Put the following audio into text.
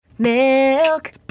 Milk